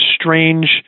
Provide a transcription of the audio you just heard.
strange